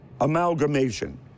Amalgamation